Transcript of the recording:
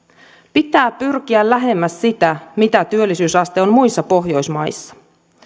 pitää pyrkiä lähemmäs sitä mitä työllisyysaste on muissa pohjoismaissa